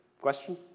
Question